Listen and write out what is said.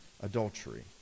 Adultery